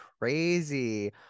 crazy